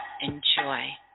enjoy